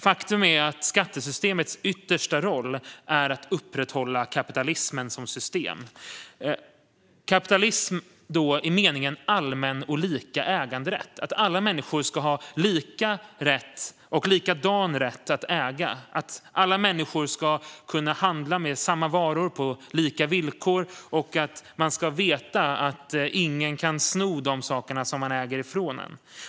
Faktum är att skattesystemets yttersta roll är att upprätthålla kapitalismen som system: kapitalism i meningen allmän och lika äganderätt, det vill säga att alla människor ska ha lika och likadan rätt att äga, att alla människor ska kunna handla med samma varor på lika villkor och att man ska veta att ingen kan sno de saker som man äger ifrån en.